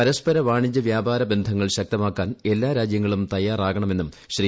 പരസ്പര വാണിജ്യ വ്യാപാര ബന്ധങ്ങൾ ശക്തമാക്കാൻ എല്ലാ രാജ്യങ്ങളും തയ്യാറാകണമെന്നും ശ്രീ